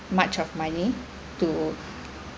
much of money to